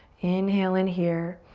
inhale in here.